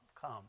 come